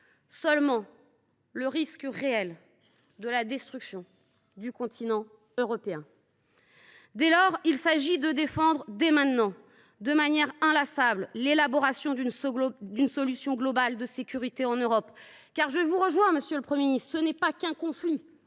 Seul existe le risque, bien réel, de la destruction du continent européen. Dès lors, il convient de défendre dès maintenant, de manière inlassable, l’élaboration d’une solution globale de sécurité en Europe. En effet, je vous rejoins, monsieur le Premier ministre, il ne s’agit pas que d’un conflit